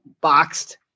boxed